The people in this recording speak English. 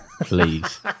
please